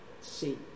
see